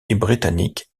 britanniques